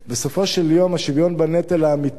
בסופו של יום, השוויון בנטל, האמיתי,